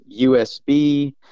usb